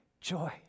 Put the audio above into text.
Joy